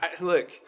look